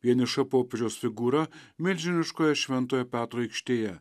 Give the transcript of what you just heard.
vieniša popiežiaus figūra milžiniškoje šventojo petro aikštėje